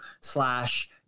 slash